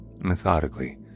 methodically